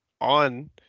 on